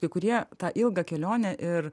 kai kurie tą ilgą kelionę ir